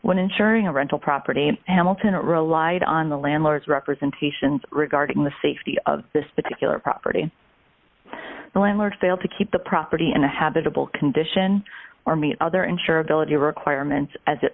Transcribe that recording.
insuring a rental property hamilton relied on the landlord's representations regarding the safety of this particular property the landlord failed to keep the property in a habitable condition or meet other insurability requirements as it